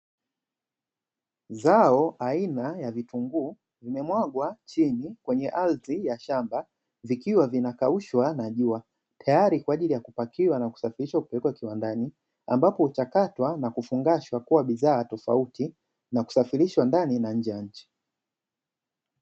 Zao aina ya vitunguu, vimemwagwa chini kwenye ardhi ya shamba, vikiwa vinakaushwa na jua, tayari kwa ajili ya kupakiwa na kusafirishwa kiwandani, ambapo huchakatwa na kufungashwa kuwa bidhaa tofauti na kusafirishwa ndani na nje ya nchi.